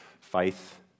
faith